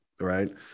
right